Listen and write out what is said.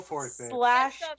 slash